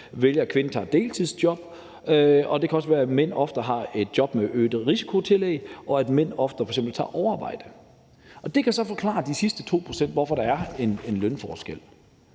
vælger, at kvinden tager et deltidsjob. Det kan også være, at mænd oftere har job med et øget risikotillæg, og at mænd f.eks. oftere tager overarbejde. Og det kan så forklare, hvorfor der er en lønforskel